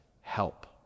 help